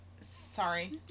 sorry